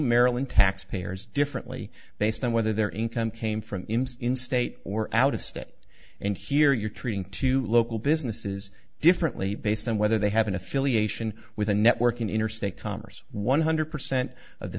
maryland tax payers differently based on whether their income came from in state or out of state and here you're treating two local businesses differently based on whether they have an affiliation with a network in interstate commerce one hundred percent of the